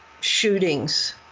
shootings